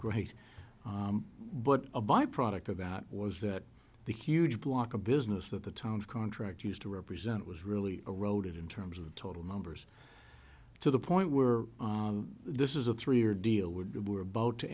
great but a byproduct of that was that the huge block a business of the town's contract used to represent was really eroded in terms of total numbers to the point where this is a three year deal would were about to